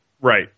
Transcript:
Right